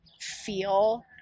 feel